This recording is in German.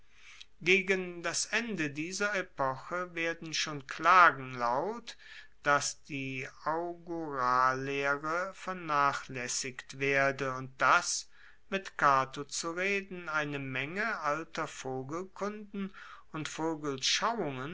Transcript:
gegen das ende dieser epoche werden schon klagen laut dass die augurallehre vernachlaessigt werde und dass mit cato zu reden eine menge alter vogelkunden und